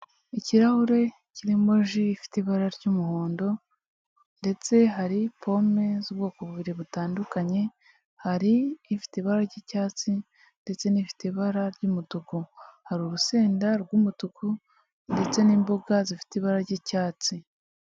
Ikirahure kirimo ji ifite ibara ry'umuhondo ndetse hari pome z'ubwoko bubiri butandukanye, hari ifite ibara ry'icyatsi ndetse n'ifite ibara ry'umutuku, hari urusenda rw'umutuku ndetse n'imboga zifite ibara ry'icyatsi.